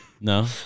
No